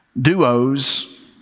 Duos